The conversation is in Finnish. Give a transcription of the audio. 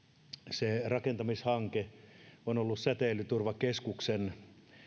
se rakentamishanke on ollut säteilyturvakeskuksen